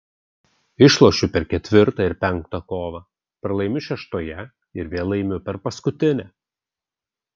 išlošiu per ketvirtą ir penktą kovą pralaimiu šeštoje ir vėl laimiu per paskutinę